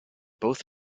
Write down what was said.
both